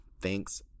Thanks